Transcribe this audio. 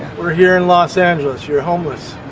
we're here in los angeles, you're homeless.